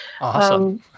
Awesome